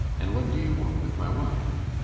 and what do you want with my wife?